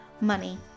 money